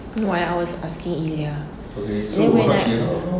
why I was asking ilya then when I